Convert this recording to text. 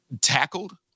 tackled